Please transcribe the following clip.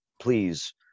Please